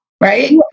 Right